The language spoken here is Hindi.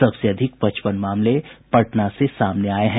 सबसे अधिक पचपन मामले पटना से सामने आये हैं